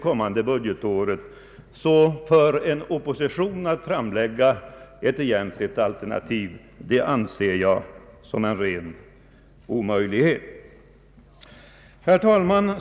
Jag anser det såsom en ren omöjlighet för oppositionen att framlägga ett egentligt alternativ. Herr talman!